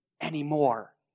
anymore